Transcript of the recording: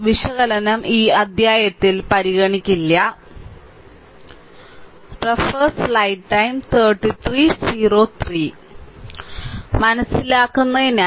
വിശകലനം ഈ അധ്യായത്തിൽ പരിഗണിക്കില്ല മനസിലാക്കുന്നതിനായി